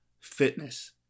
fitness